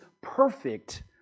perfect